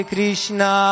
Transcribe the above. Krishna